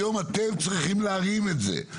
היום אתם צריכים להרים את זה.